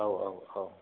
औ औ औ